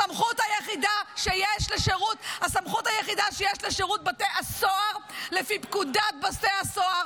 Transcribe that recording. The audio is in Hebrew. הסמכות היחידה שיש לשירות בתי הסוהר לפי פקודת בתי הסוהר,